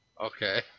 Okay